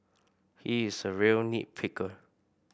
he is a real nit picker